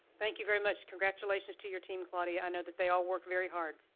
thank you very much, congratulations to your team claudia, i know that they all work very hard.